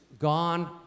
gone